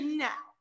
now